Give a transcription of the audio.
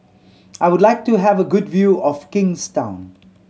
I would like to have a good view of Kingstown